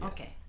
Okay